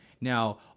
Now